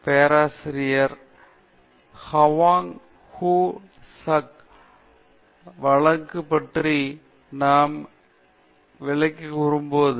பேராசிரியரான Huang Wu சக்கின் வழக்கு பற்றி நான் விளக்கிக் கூறுவேன்